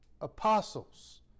apostles